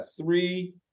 three